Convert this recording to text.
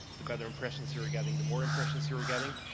the better impressions you're getting the more impressions you're getting.